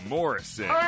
Morrison